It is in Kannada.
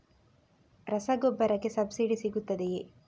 ರಸಗೊಬ್ಬರಕ್ಕೆ ಸಬ್ಸಿಡಿ ಸಿಗುತ್ತದೆಯೇ?